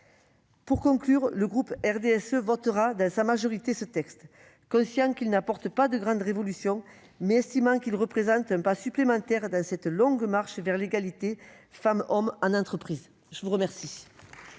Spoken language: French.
Pour conclure, le groupe du RDSE, dans sa majorité, votera ce texte, conscient qu'il n'apporte pas de grandes révolutions, mais estimant qu'il représente un pas supplémentaire dans la longue marche vers l'égalité entre femmes et hommes en entreprise. La parole